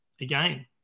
again